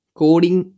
coding